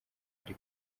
ari